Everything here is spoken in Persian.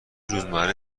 روزمره